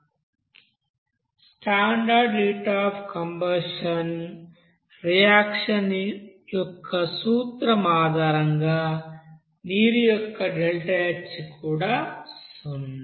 standard heat of combustion reaction యొక్క సూత్రం ఆధారంగా నీరు యొక్క ΔHc కూడా సున్నా